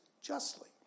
justly